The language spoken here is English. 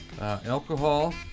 alcohol